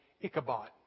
Ichabod